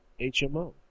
HMO